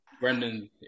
Brendan